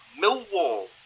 Millwall